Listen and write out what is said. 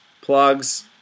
Plugs